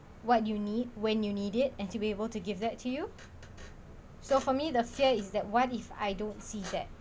what you need when you need it and to be able to give that to you so for me the fear is that what if I don't see that